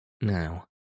Now